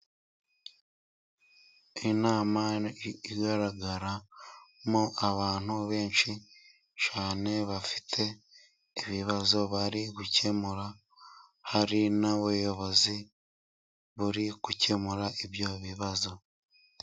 Inama igaragaramo abantu benshi cyane bafite ibibazo bari gukemura. Hari n'ubayobozi buri gukemura ibyo bibazo.